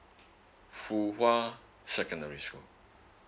fu hwa secondary school